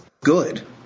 good